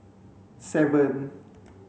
seven